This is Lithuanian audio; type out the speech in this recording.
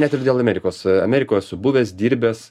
net ir dėl amerikos amerikoj esu buvęs dirbęs